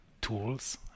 tools